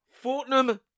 Fortnum